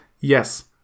Yes